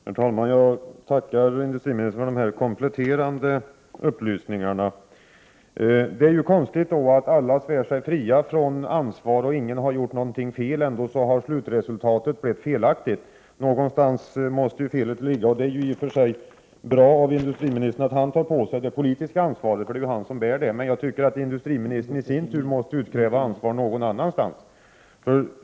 Herr talman! Jag tackar industriministern för dessa kompletterande upplysningar. Det är konstigt att alla svär sig fria från ansvar och att ingen har gjort något fel. Ändå har slutresultatet blivit felaktigt. Någonstans måste felet ligga. Det är i och för sig bra av industriministern att han tar på sig det politiska ansvaret. Det är ju han som bär det. Men jag tycker att industriministern i sin tur måste utkräva ansvar någon annanstans.